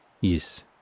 Yes